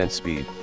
speed